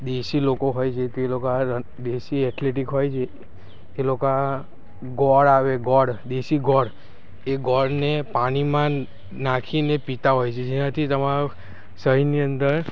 દેશી લોકો હોય છે તે લોકો આ દેશી એથ્લેટિક હોય છે એ લોકા ગોળ આવે ગોળ દેશી ગોળ એ ગોળને પાણીમાં નાખીને પીતા હોય છે જેનાથી તમારું શરીરની અંદર